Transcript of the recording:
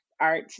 art